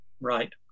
Right